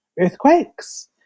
earthquakes